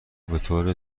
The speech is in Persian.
بطور